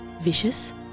vicious